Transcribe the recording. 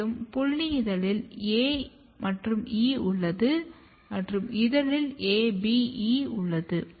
மேலும் புல்லி இதழில் A E உள்ளது மற்றும் இதழில் ABE உள்ளது